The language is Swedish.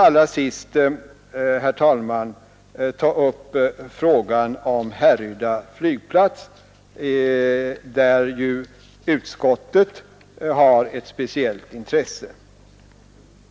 Allra sist, herr talman, vill jag ta upp frågan om Härryda flygplats, där utskottet har ett speciellt intresse.